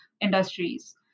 industries